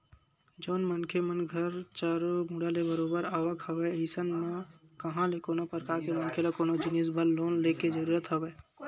जउन मनखे मन घर चारो मुड़ा ले बरोबर आवक हवय अइसन म कहाँ ले कोनो परकार के मनखे ल कोनो जिनिस बर लोन लेके जरुरत हवय